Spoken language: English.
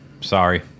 Sorry